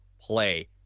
play